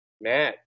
Matt